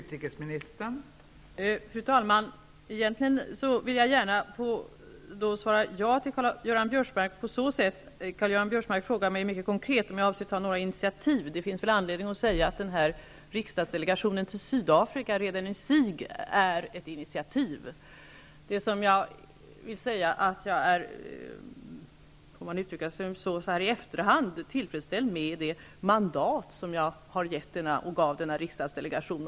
Fru talman! Jag vill gärna svara ja när Karl-Göran Biörsmark mycket konkret frågar mig om jag avser att ta några initiativ. Det finns anledning att säga att riksdagsdelegationen till Sydafrika i sig är ett initiativ. Det jag så att säga i efterhand är tillfredsställd med är det mandat som jag gav denna riksdagsdelegation.